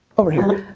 over here.